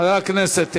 חבר הכנסת איננו?